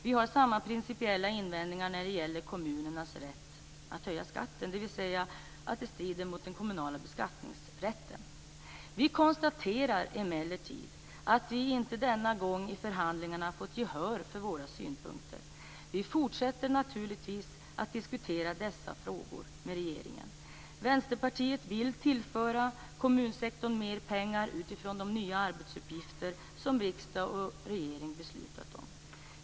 Vi har samma principiella invändningar när det gäller kommunernas rätt att höja skatten, dvs. att det strider mot den kommunala beskattningsrätten. Vi konstaterar emellertid att vi inte denna gång i förhandlingarna fått gehör för våra synpunkter. Vi fortsätter naturligtvis att diskutera dessa frågor med regeringen. Vänsterpartiet vill tillföra kommunsektorn mer pengar utifrån de nya arbetsuppgifter som riksdag och regering beslutat om.